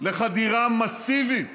לחדירה מסיבית